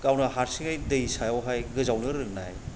गावनो हारसिङै दै सायावहाय गोजावनो रोंनाय